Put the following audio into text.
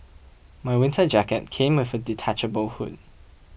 my winter jacket came with a detachable hood